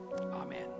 Amen